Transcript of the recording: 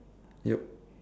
yup